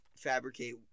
fabricate